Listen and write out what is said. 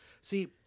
See